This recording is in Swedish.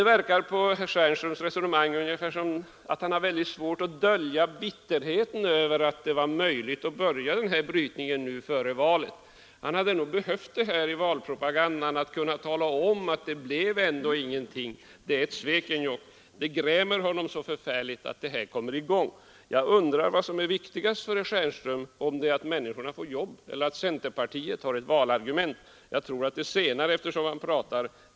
Det verkar emellertid på herr Stjernströms resonemang som om han har väldigt svårt att dölja bitterheten över att det blev möjligt att börja brytningen nu före valet. Han hade nog behov av att i valpropagandan kunna tala om att det ”blev ändå ingenting av. Det är ett Svekenjokk.” Det grämer honom så förfärligt att den här brytningen kommer i gång. Jag undrar vad som är viktigast för herr Stjernström — att människorna får jobb eller att centerpartiet har ett valargument. Jag tror det senare så som han pratar.